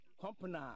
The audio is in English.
Company